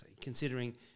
Considering